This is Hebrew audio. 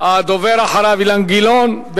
הדובר אחריו זה אילן גילאון,